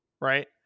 right